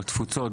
בתפוצות,